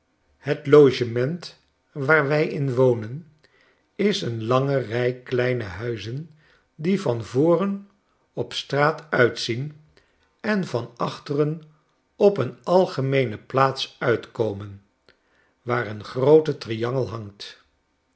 het logement waar wij in wonen is een lange rii kleine huizen die vnn voren op straat uitzien en van achteren op een algemeene plaats uitkomen waar een groote triangel hangt